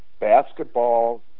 basketball